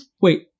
wait